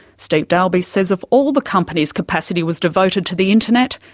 steve dalby says if all the company's capacity was devoted to the internet,